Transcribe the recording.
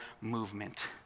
movement